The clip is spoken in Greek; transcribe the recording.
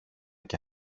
και